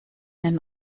nen